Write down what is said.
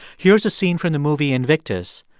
here's a scene from the movie invictus,